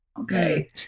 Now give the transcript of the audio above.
Okay